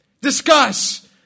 Discuss